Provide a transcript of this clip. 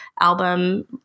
album